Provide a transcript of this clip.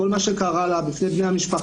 כל מה שקרה לה נפתח בפני בני המשפחה,